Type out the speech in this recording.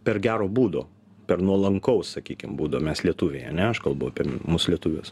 per gero būdo per nuolankaus sakykim būdo mes lietuviai ane aš kalbu apie mus lietuvius